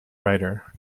writer